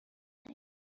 guys